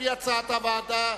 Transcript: לפי הצעת הוועדה,